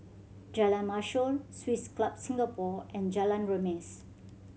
Jalan Mashhor Swiss Club Singapore and Jalan Remis